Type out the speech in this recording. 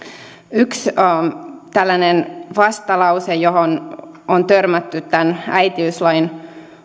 yksi tällainen vastalause johon on törmätty tämän äitiyslain